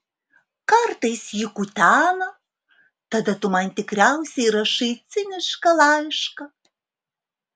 kartais jį kutena tada tu man tikriausiai rašai cinišką laišką